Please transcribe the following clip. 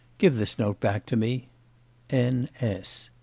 give this note back to me n. s